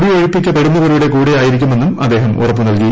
കുടിയൊഴിപ്പിക്കപ്പെടുന്നവരുടെ കൂടെ ആയിരിക്കുമെന്നും അദ്ദേഹം ഉറപ്പ് നൽകി